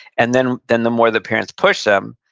and then then the more the parents push them,